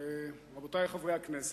רבותי חברי הכנסת,